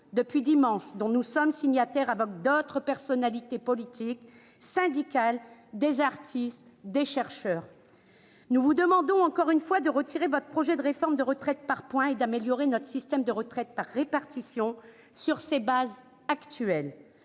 depuis dimanche, dont nous sommes signataires avec d'autres personnalités politiques et syndicales, de même que des artistes et des chercheurs. Nous vous demandons encore une fois de retirer votre projet de réforme de retraite par points et d'améliorer notre système de retraite par répartition sur ses bases actuelles.